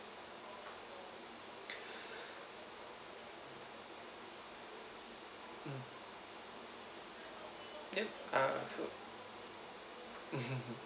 mm yup uh so